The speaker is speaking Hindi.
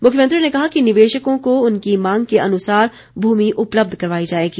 मुख्यमंत्री ने कहा कि निवेशकों को उनकी मांग के अनुसार भूमि उपलब्ध करवाई जाएगी